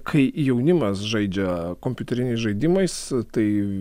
kai jaunimas žaidžia kompiuteriniais žaidimais tai